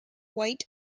white